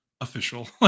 official